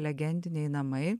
legendiniai namai